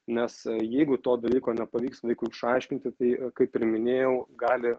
nes jeigu to dalyko nepavyks vaikui išaiškinti tai kaip ir minėjau gali